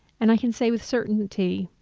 and i can say with certainty,